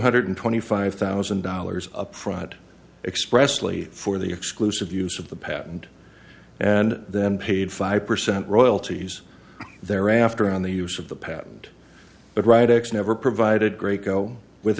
hundred twenty five thousand dollars up front expressly for the exclusive use of the patent and then paid five percent royalties thereafter on the use of the patent but right x never provided great go with